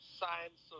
science